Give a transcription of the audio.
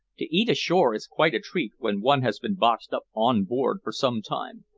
to eat ashore is quite a treat when one has been boxed up on board for some time.